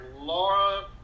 Laura